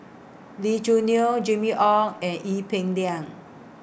Lee Choo Neo Jimmy Ong and Ee Peng Liang